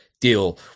deal